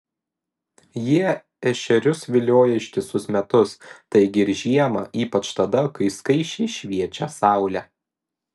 jie ešerius vilioja ištisus metus taigi ir žiemą ypač tada kai skaisčiai šviečia saulė